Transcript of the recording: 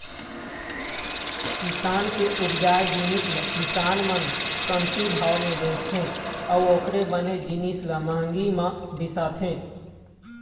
किसान के उपजाए जिनिस ल किसान मन कमती भाव म बेचथे अउ ओखरे बने जिनिस ल महंगी म बिसाथे